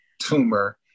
tumor